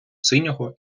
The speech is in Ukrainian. синього